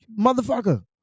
motherfucker